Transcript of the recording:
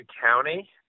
County